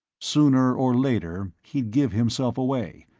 sooner or later, he'd give himself away,